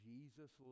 Jesus